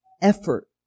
effort